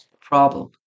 problem